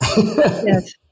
Yes